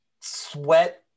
sweat